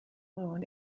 moon